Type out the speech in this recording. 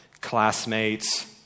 classmates